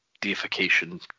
deification